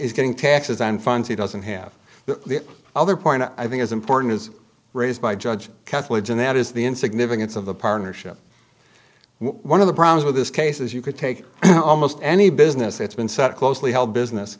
is getting taxes and funds he doesn't have the other point i think is important is raised by judge kathleen and that is the in significance of the partnership one of the problems with this case is you could take almost any business that's been such a closely held business